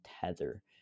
tether